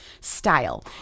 Style